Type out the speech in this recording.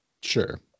sure